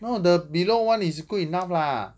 no the below [one] is good enough lah